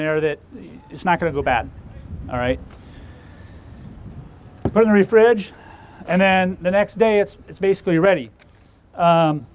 there that it's not going to go bad all right partner a fridge and then the next day it's it's basically ready